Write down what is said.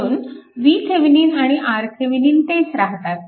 म्हणून VThevenin आणि RThevenin तेच राहतात